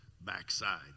backside